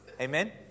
Amen